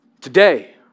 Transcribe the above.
today